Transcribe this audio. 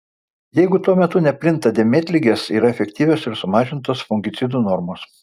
jeigu tuo metu neplinta dėmėtligės yra efektyvios ir sumažintos fungicidų normos